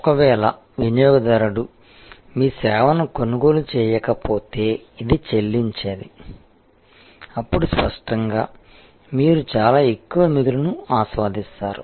ఒకవేళ వినియోగదారుడు మీ సేవను కొనుగోలు చేయకపోతే ఇది చెల్లించేది అప్పుడు స్పష్టంగా మీరు చాలా ఎక్కువ మిగులును ఆస్వాదిస్తారు